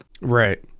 Right